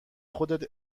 خودت